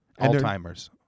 Alzheimer's